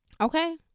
Okay